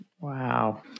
Wow